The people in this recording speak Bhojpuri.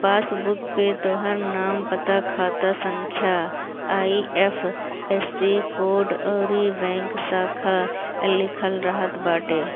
पासबुक पे तोहार नाम, पता, खाता संख्या, आई.एफ.एस.सी कोड अउरी बैंक शाखा लिखल रहत बाटे